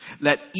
Let